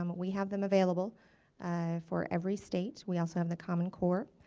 um we have them available for every state. we also have the common core.